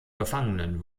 gefangenen